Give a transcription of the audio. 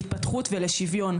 להתפתחות ולשוויון,